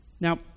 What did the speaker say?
Now